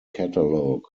catalog